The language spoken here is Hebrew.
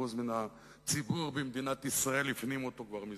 מן הציבור במדינת ישראל הפנים אותו כבר מזמן: